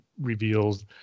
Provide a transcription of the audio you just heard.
reveals